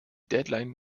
deadline